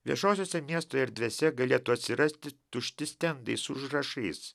viešosiose miesto erdvėse galėtų atsirasti tušti stendai su užrašais